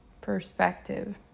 perspective